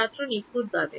ছাত্র নিখুঁতভাবে